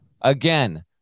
again